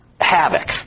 havoc